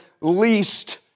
least